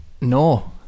no